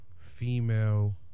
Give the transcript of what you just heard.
female